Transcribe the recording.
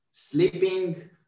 sleeping